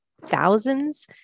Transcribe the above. thousands